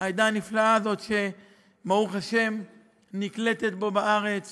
העדה הנפלאה הזאת שברוך השם נקלטת פה בארץ